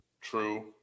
True